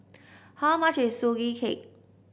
how much is Sugee Cake